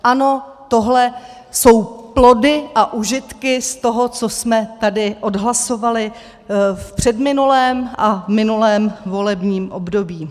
Ano, tohle jsou plody a užitky z toho, co jsme tady odhlasovali v předminulém a minulém volebním období.